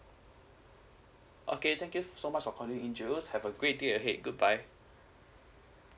okay thank you so much for calling in jus have a great day okay goodbye